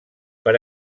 per